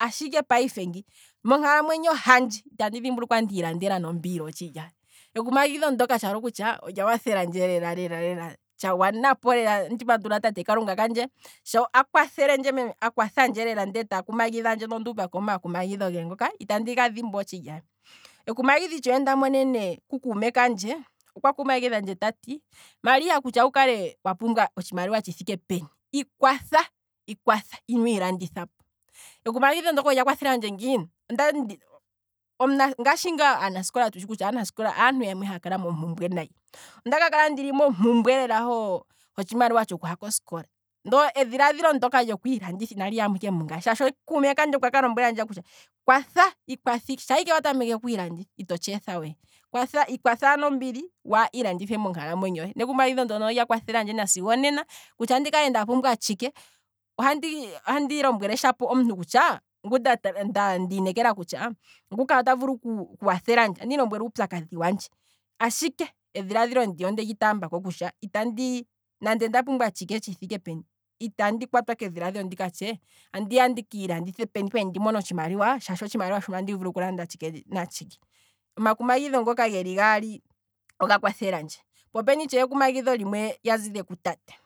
ashike payife ngi monkalamwenyo handje, itandi dhimbulukwa ike ndii landela nande ombila otshilaaye, ekumagidho ndika olya kwathelandje lela lela tsha gwanapo, andi pandula tate kalunga kandje, sho akwathandje lela akwathelandje ndee taku magidhandje nonduuvako omaku magidho ge ngoka, itandi ga dhimbwa otshili aye, ekumagidho itshewe nda monene ku kuume kandje, okwati kutya, maria kutya wu kale wa pumbwa otshimaliwa tshi thike peni, ikwatha, ikwatha ino ilandithapo, ekumagidho ndoka olya kwathelandje ngiini, ondali ndi, ngashi ngaa aanasikola tuthsi kutya aanasikola aantu yamwe haya kala mompumbwe nayi, onda ka kala ndina ompumbwe hotshimaliwa tshoku ha koskola, maala edhilaadhilo ndoka lyokwi landithapo, inali yamo ike nande mungaye shaashi kuume kandje okwaka lombwelandje kutya kwatha. ikwatha shampa ike wa tameke okwilanditha oto tsheetha we, ikwatha wala nombili waa ilandithe monkalamwenyo hohe, nekumagidho ndono olya kwathelandje nasigo onena, kutya ndikale nda pumbwa tshike ohandi ohandi lombwele omuntu ngu ndii nekela kutya nguka ota vulu oku kwathelandje, andi mulombwele uupyakadhi wandje, ashike edhilaadhilo ndiya ondeli taambako kutya nande onda pumbwa tshike tshi thike peni, ihandi kwatwa kedhilaadhilo ndiya nditshe, andiya ndiki landithe peni peni ndi mone otshimaliwa shaashi othsimaliwa shono andi vulu okulanda tshike natshike, omaku magidho ngoka geli gaali, oga kwathelandje, po opena itshewe ekumagidho ndono lya zile ku tate